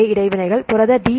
ஏ இடைவினைகள் புரத டி